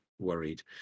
worried